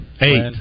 Eight